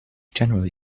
generally